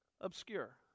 obscure